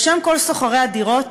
בשם כל שוכרי הדירות,